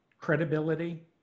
credibility